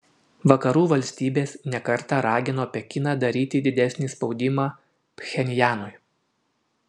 vakarų valstybės ne kartą ragino pekiną daryti didesnį spaudimą pchenjanui